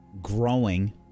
growing